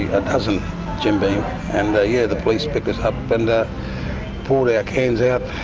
a dozen jim beam and, yeah, the police picked us up and poured our cans out,